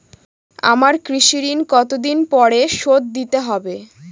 আমার কৃষিঋণ কতদিন পরে শোধ দিতে হবে?